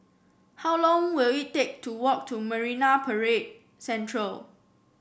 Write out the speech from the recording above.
how long will it take to walk to Marine Parade Central